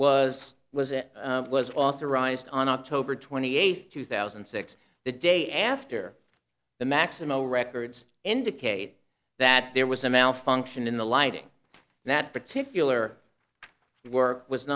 was was it was authorized on october twenty eighth two thousand and six the day after the maximo records indicate that there was a malfunction in the lighting that particular work was